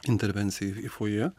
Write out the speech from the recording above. intervencija į foje